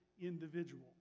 individual